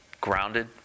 grounded